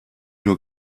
nur